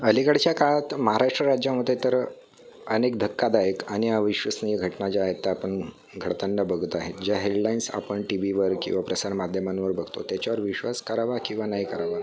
अलीकडच्या काळात महाराष्ट्र राज्यामधे तर अनेक धक्कादायक आणि अविश्वसनीय घटना ज्या आहेत त्या आपण घडताना बघत आहेत ज्या हेडलाइन्स आपण टी व्हीवर किंवा प्रसार माध्यमांवर बघतो त्याच्यावर विश्वास करावा किंवा नाही करावा